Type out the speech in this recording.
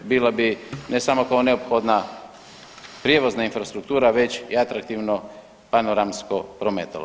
Bila bi ne samo kao neophodna prijevozna infrastruktura već i atraktivno panoramsko prometalo.